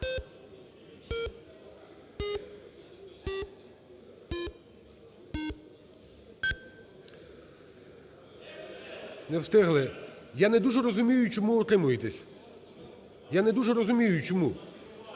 Не встигли. Я не дуже розумію, чому утримуєтесь, я не дуже розумію чому.